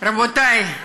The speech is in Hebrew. רבותי,